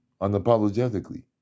Unapologetically